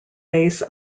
base